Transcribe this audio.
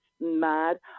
mad